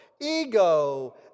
ego